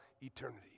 eternity